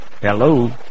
Hello